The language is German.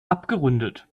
abgerundet